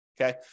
Okay